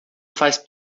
faz